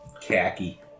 Khaki